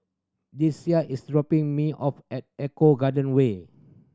Deasia is dropping me off at Eco Garden Way